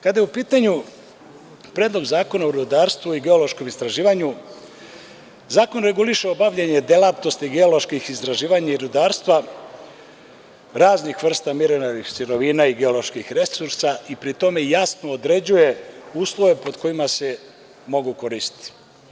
Kada je u pitanju Predlog zakona o rudarstvu i geološkom istraživanju, zakon reguliše obavljanje delatnosti geoloških istraživanja i rudarstva, raznih vrsta mineralnih sirovina i geoloških resursa i pri tome jasno određuje uslove pod kojima se mogu koristiti.